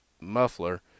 muffler